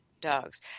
dogs